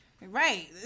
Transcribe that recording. right